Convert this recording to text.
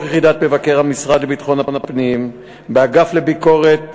יחידת מבקר המשרד לביטחון הפנים באגף לביקורת